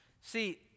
See